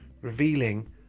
revealing